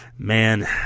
man